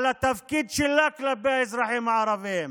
על התפקיד שלה כלפי האזרחים הערבים,